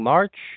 March